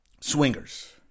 Swingers